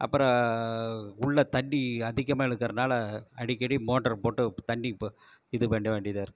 அப்புறம் உள்ள தண்ணி அதிகமாக இழுக்குறனால் அடிக்கடி மோட்டர் போட்டு தண்ணி இது பண்ணவேண்டியதாக இருக்குது